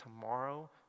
tomorrow